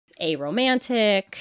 aromantic